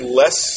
less